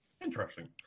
Interesting